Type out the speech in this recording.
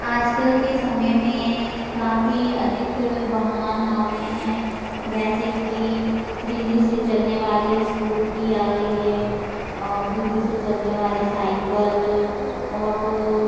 आजकल के समय में काफ़ी अधिक अ वाहन आ गएँ हैं जैसे कि बिजली से चलने वाली स्कूटी आ गई है और बिजली से चलने वाले साइकल ऑटो